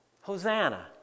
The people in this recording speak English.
Hosanna